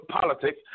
politics